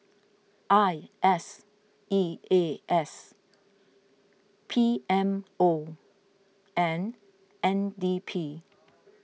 I S E A S P M O and N D P